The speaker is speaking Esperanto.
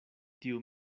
tiu